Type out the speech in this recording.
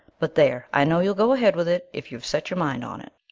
but there, i know you'll go ahead with it if you've set your mind on it.